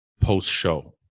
post-show